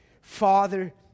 Father